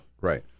Right